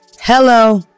Hello